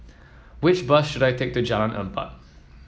which bus should I take to Jalan Empat